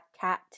cat